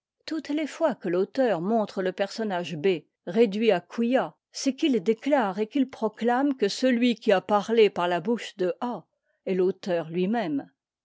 toutes les fois que l'auteur montre le personnage b réduit à quia c'est qu'il déclare et qu'il proclame que celui qui a parlé par la bouche de a est l'auteur lui-même